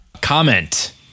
Comment